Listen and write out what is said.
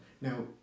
Now